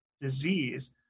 disease